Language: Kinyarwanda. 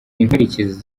inkurikizi